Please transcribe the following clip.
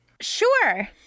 Sure